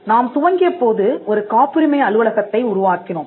நாம் துவங்கியபோது ஒரு காப்புரிமை அலுவலகத்தை உருவாக்கினோம்